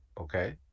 Okay